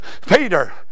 Peter